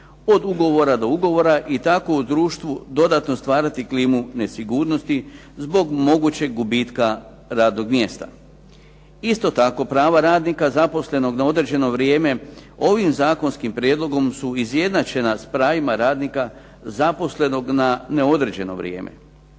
od ugovora do ugovora i tako u društvu dodatno stvarati klimu nesigurnosti zbog mogućeg gubitka radnog mjesta. Isto tako, prava radnika zaposlenog na određeno vrijeme ovim zakonskim prijedlogom su izjednačena s pravima radnika zaposlenog na neodređeno vrijeme.